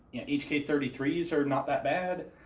and h k three three s are not that bad,